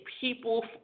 people